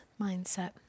mindset